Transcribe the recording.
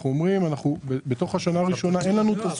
אומרים שבתוך השנה הראשונה אין לנו את